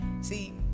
see